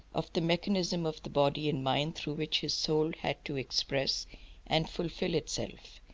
of the mechanism of the body and mind, through which his soul had to express and fulfil itself.